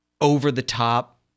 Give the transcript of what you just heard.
over-the-top